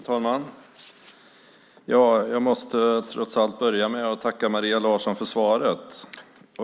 Herr talman! Jag måste trots allt börja med att tacka Maria Larsson för svaret.